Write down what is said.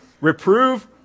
Reprove